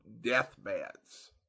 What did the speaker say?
Deathbeds